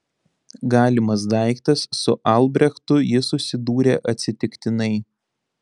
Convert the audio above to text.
galimas daiktas su albrechtu ji susidūrė atsitiktinai